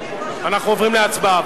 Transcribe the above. אנחנו עוברים להצבעה.